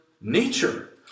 nature